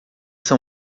são